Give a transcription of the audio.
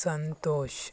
Santosh